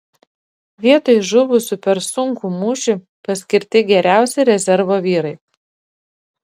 vietoj žuvusių per sunkų mūšį paskirti geriausi rezervo vyrai